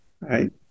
right